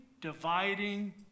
dividing